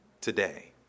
today